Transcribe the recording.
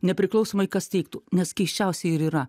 nepriklausomai kas teiktų nes keisčiausia ir yra